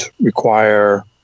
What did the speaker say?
require